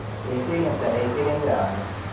ఏ stadium sir ఏ స్టేడియంకి రావాలి